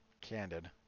candid